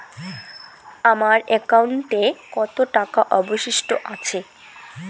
আমার একাউন্টে কত টাকা অবশিষ্ট আছে?